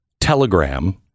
telegram